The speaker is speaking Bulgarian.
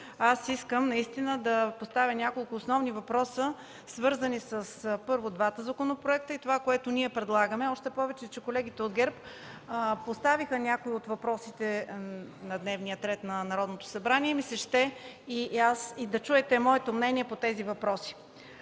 аз искам да поставя няколко основни въпроса, свързани, първо, с двата законопроекта и това, което предлагаме, още повече че колегите от ГЕРБ поставиха някои от въпросите на дневния ред на Народното събрание. Ще ми се да чуете и моето мнение по тези въпроси.